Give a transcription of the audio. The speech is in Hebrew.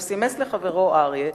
הוא סימס לחברו אריה,